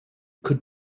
could